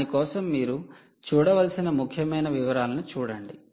దాని కోసం మీరు చూడవలసిన ముఖ్యమైన వివరాలను చూడండి